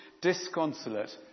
disconsolate